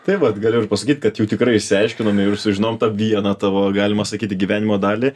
tai vat galiu ir pasakyt kad jau tikrai išsiaiškinome ir sužinojom tą vieną tavo galima sakyti gyvenimo dalį